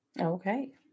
Okay